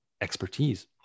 expertise